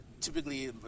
typically